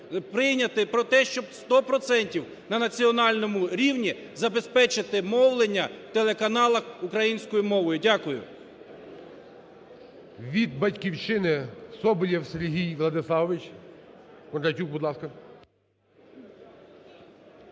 прийняти про те, щоб 100 процентів на національному рівні забезпечити мовлення на телеканалах українською мовою. Дякую. ГОЛОВУЮЧИЙ. Від "Батьківщини" Соболєв Сергій Владиславович. Кондратюк, будь ласка.